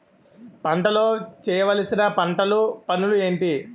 పంటలో చేయవలసిన పంటలు పనులు ఏంటి?